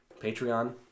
Patreon